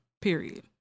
period